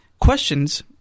questions